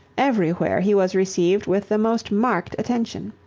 everywhere he was received with the most marked attention.